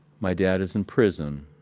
my dad is in prison.